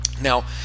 Now